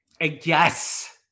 yes